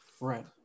Right